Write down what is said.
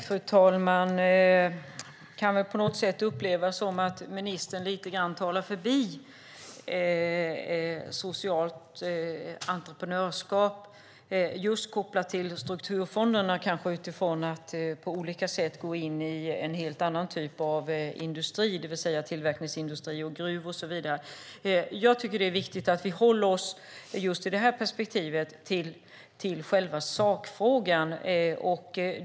Fru talman! Det kan upplevas som att ministern lite grann talar förbi socialt entreprenörskap när det gäller strukturfonderna och på olika sätt går in i en helt annan typ av industri, det vill säga gruv och tillverkningsindustrin och så vidare. Jag tycker att det är viktigt att vi håller oss till själva sakfrågan.